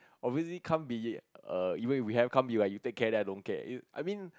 obviously can't be err even if we have can't be like you take care then I don't care err I mean